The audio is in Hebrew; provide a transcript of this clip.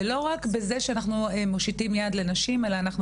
ולא רק בזה שאנחנו מושיטים יד לנשים אלא אנחנו